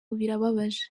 birababaje